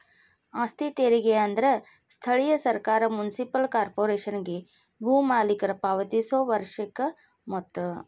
ಆಸ್ತಿ ತೆರಿಗೆ ಅಂದ್ರ ಸ್ಥಳೇಯ ಸರ್ಕಾರ ಮುನ್ಸಿಪಲ್ ಕಾರ್ಪೊರೇಶನ್ಗೆ ಭೂ ಮಾಲೇಕರ ಪಾವತಿಸೊ ವಾರ್ಷಿಕ ಮೊತ್ತ